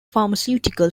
pharmaceutical